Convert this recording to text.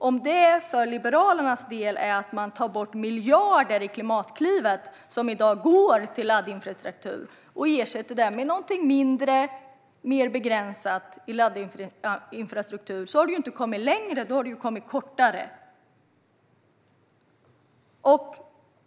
Om det för Liberalernas del innebär att man tar bort miljarder från Klimatklivet som i dag går till laddinfrastruktur och ersätter det med någon mindre, mer begränsad laddinfrastruktur har man inte kommit längre utan kortare.